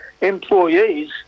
employees